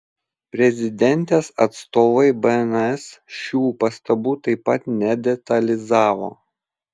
prezidentės atstovai bns šių pastabų taip pat nedetalizavo